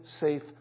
safe